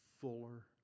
fuller